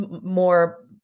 more